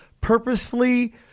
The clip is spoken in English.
purposefully